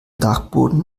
dachboden